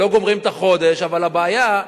אבל הבעיה,